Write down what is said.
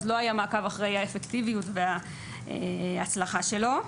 אז לא היה מעקב אחרי האפקטיביות וההצלחה שלו.